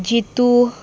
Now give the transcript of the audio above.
Jitu